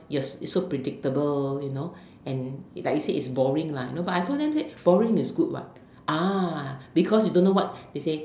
yes it's so predictable you know and like he said it's boring lah you know but I told them said but boring is good [what] ah because you don't know what they say